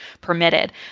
permitted